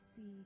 see